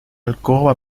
alcoba